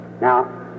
now